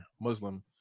Muslim